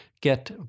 get